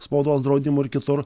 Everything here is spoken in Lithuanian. spaudos draudimu ir kitur